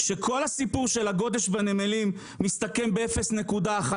שכל הסיפור של הגודש בנמלים, מסתכם ב-0.1%.